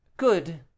good